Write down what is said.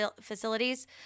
facilities